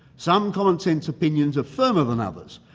some commonsense opinions are firmer than others,